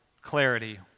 clarity